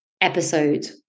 episode